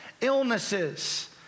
illnesses